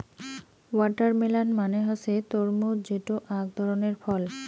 watermelon মানে হসে তরমুজ যেটো আক ধরণের ফল